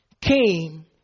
came